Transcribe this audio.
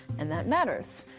and that matters.